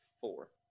four